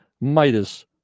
Midas